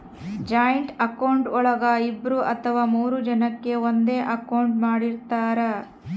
joint account ಒಳಗ ಇಬ್ರು ಅಥವಾ ಮೂರು ಜನಕೆ ಒಂದೇ ಅಕೌಂಟ್ ಮಾಡಿರ್ತರಾ